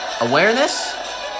Awareness